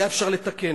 היה אפשר לתקן,